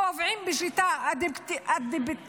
קובעים בשיטה אדפטיבית,